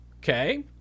Okay